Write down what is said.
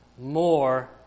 more